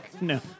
No